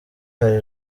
hari